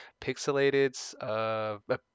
pixelated